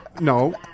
no